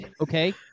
okay